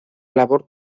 labor